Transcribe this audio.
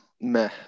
meh